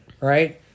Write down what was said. Right